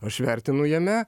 aš vertinu jame